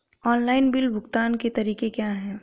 Online bill भुगतान के तरीके क्या हैं?